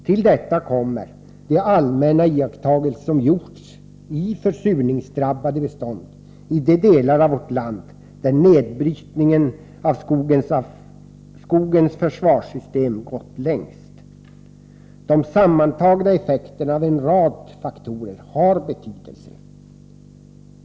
Till detta kommer de allmänna iakttagelser som gjorts i försurningsdrabbade bestånd i de delar av vårt land där nedbrytningen av skogens försvarssystem gått längst. De sammantagna effekterna av en rad faktorer har betydelse.